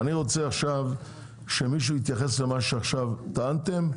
אני רוצה עכשיו שמישהו יתייחס למה שעכשיו טענתם,